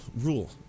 rule